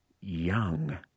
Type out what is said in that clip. young